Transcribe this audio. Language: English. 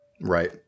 Right